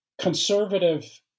conservative